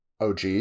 OG